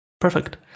Perfect